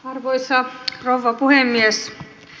arvoisa rouva puhemies